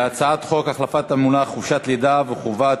הצעת חוק החלפת המונח חופשת לידה וחובת